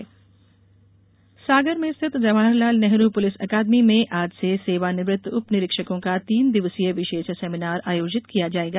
seminar Sagar में स्थित Jawahar Lal Nehru police academy में आज से सेवानिवृत्त उप निरीक्षकों का तीन दिवसीय विशेष सेमीनार आयोजित किया जायेगा